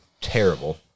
Terrible